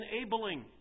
enabling